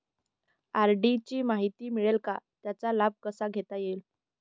RD ची माहिती मिळेल का, त्याचा लाभ कसा घेता येईल?